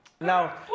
Now